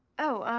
oh,